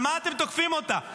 על מה אתם תוקפים אותה?